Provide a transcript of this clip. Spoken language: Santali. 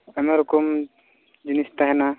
ᱟᱭᱢᱟ ᱨᱚᱠᱚᱢ ᱡᱤᱱᱤᱥ ᱛᱟᱦᱮᱱᱟ